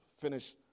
finish